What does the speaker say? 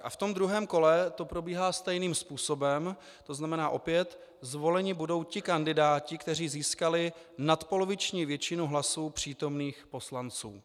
A v tom druhém kole to probíhá stejným způsobem, to znamená opět, zvoleni budou ti kandidáti, kteří získali nadpoloviční většinu hlasů přítomných poslanců.